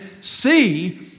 see